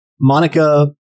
Monica